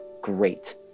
great